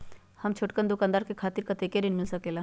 हम छोटकन दुकानदार के खातीर कतेक ऋण मिल सकेला?